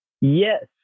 Yes